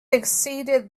exceeded